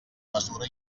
mesura